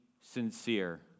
sincere